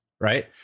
right